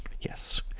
yes